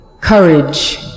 courage